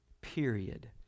period